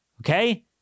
okay